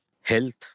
Health